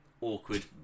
awkward